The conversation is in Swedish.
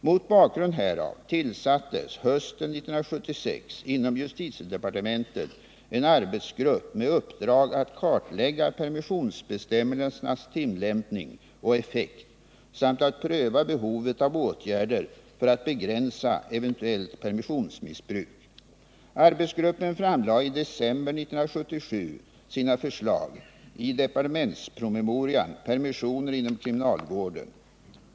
Mot bakgrund härav tillsattes hösten 1976 inom justitiedepartementet en arbetsgrupp med uppdrag att kartlägga permissionsbestämmelsernas tillämpning och effekt samt att pröva behovet av åtgärder för att begränsa eventuellt permissionsmissbruk. Arbetsgruppen framlade i december 1977 sina förslag i departementspromemorian Permissioner inom kriminalvården .